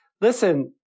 Listen